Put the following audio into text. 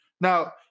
Now